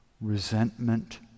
resentment